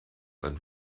and